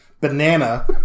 Banana